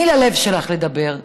תני ללב שלך לדבר,